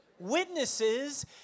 witnesses